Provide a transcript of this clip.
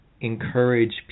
encourage